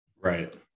Right